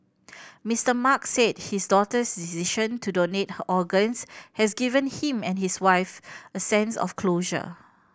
Mister Mark said his daughter's decision to donate her organs has given him and his wife a sense of closure